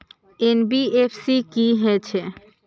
NBFC की हे छे?